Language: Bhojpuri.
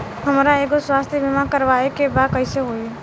हमरा एगो स्वास्थ्य बीमा करवाए के बा कइसे होई?